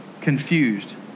confused